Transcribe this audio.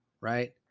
right